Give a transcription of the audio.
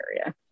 area